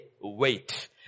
wait